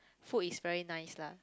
food is very nice lah